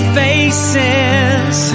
faces